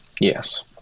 Yes